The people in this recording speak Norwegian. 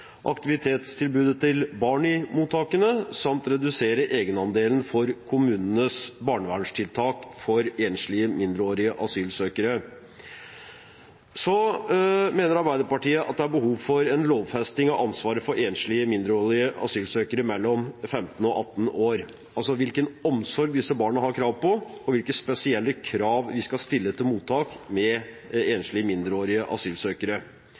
aktivitetstilbudet for barn i mottakene samt forslag om å redusere egenandelen for kommunenes barnevernstiltak for enslige mindreårige asylsøkere. Arbeiderpartiet mener det er behov for en lovfesting av ansvaret for enslige mindreårige asylsøkere mellom 15 og 18 år, altså med tanke på hvilken omsorg disse barna har krav på, og hvilke spesielle krav vi skal stille til mottak med enslige mindreårige asylsøkere.